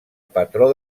patró